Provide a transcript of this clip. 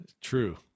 true